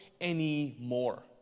anymore